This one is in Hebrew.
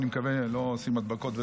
אני מקווה שלא עושים פה הדבקות,